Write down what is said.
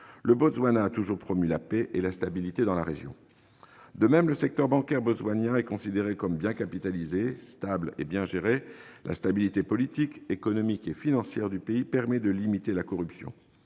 Le Botswana a toujours promu la paix et la stabilité dans la région. En outre, le secteur bancaire botswanien est considéré comme bien capitalisé, stable et bien géré. La stabilité politique, économique et financière du pays permet de limiter la corruption.